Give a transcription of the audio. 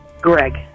Greg